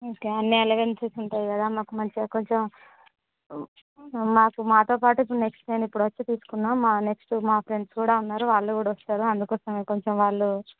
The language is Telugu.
ఓకే అన్ని ఎలవెన్సెస్ ఉంటాయి కదా మాకు మంచిగా కొంచెం మాకు మాతోపాటు ఇప్పుడు నెక్స్ట్ నేనిప్పుడొచ్చి తీసుకున్నాం నెక్స్ట్ మా ఫ్రెండ్స్ కూడా ఉన్నారు వాళ్ళు కూడా వస్తారు అందుకోసమే కొంచెం వాళ్ళు